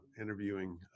interviewing